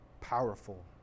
powerful